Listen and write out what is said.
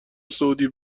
سعودی